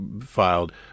filed